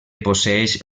posseeix